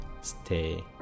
stay